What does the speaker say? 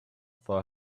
for